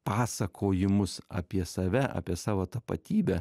pasakojimus apie save apie savo tapatybę